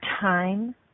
time